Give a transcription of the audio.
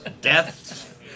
Death